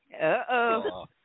Uh-oh